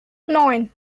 neun